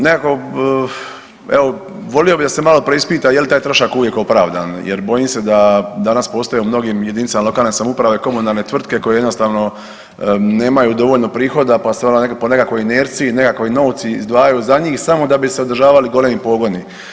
Nekako evo, volio bih da se malo preispita je li taj trošak uvijek opravdan jer bojim se da danas postoje u mnogim jedinicama lokalne samouprave komunalne tvrtke koje jednostavno nemaju dovoljno prihoda pa se onda po nekakvoj inerciji, nekakvi novci izdvajaju za njih samo da bi se održavali golemi pogoni.